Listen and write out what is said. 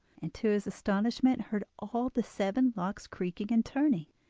and to his astonishment heard all the seven locks creaking and turning,